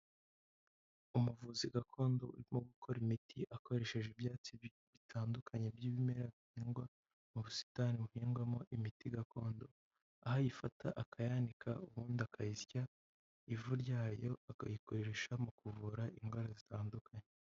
Umuvuzi gakondo urimo gukora imiti, akoresheje ibyatsi bitandukanye by'ibimera bihingwa mu busitani buhingwamo imiti gakondo, aho ayifata akayanika ubundi akayisya, ivu ryayo akayikoresha mu kuvura indwara zitandukanye.